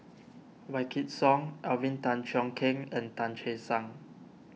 Wykidd Song Alvin Tan Cheong Kheng and Tan Che Sang